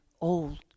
old